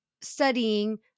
studying